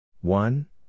One